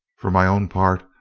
for my own part,